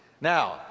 Now